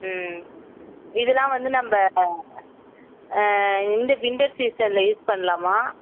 ம் இதெல்லாம் வந்து நம்ப ஆ இந்த வின்ட்டர் சீசனில் யூஸ் பண்ணலாமா